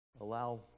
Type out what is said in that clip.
allow